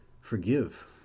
forgive